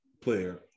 player